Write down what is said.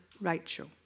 Rachel